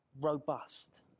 robust